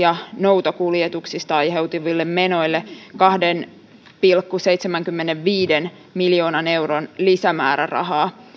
ja noutokuljetuksista aiheutuviin menoihin kahden pilkku seitsemänkymmenenviiden miljoonan euron lisämäärärahaa